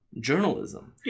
journalism